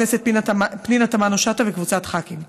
של חברת הכנסת פנינה תמנו-שטה וקבוצת חברי הכנסת,